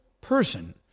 person